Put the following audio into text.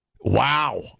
Wow